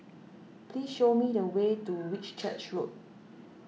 please show me the way to Whitchurch Road